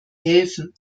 helfen